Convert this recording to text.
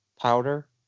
powder